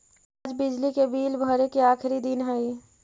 आज बिजली के बिल भरे के आखिरी दिन हई